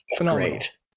great